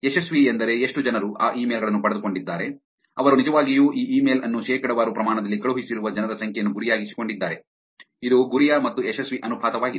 ಯಶಸ್ವಿ ಎಂದರೆ ಎಷ್ಟು ಜನರು ಆ ಇಮೇಲ್ ಗಳನ್ನು ಪಡೆದುಕೊಂಡಿದ್ದಾರೆ ಅವರು ನಿಜವಾಗಿಯೂ ಈ ಇಮೇಲ್ ಅನ್ನು ಶೇಕಡಾವಾರು ಪ್ರಮಾಣದಲ್ಲಿ ಕಳುಹಿಸಿರುವ ಜನರ ಸಂಖ್ಯೆಯನ್ನು ಗುರಿಯಾಗಿಸಿಕೊಂಡಿದ್ದಾರೆ ಇದು ಗುರಿಯ ಮತ್ತು ಯಶಸ್ವಿ ಅನುಪಾತವಾಗಿದೆ